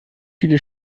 viele